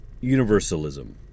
universalism